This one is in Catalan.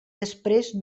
després